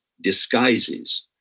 disguises